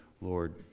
Lord